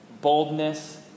boldness